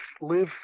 live